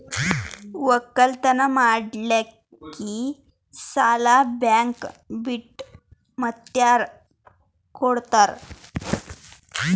ಒಕ್ಕಲತನ ಮಾಡಲಿಕ್ಕಿ ಸಾಲಾ ಬ್ಯಾಂಕ ಬಿಟ್ಟ ಮಾತ್ಯಾರ ಕೊಡತಾರ?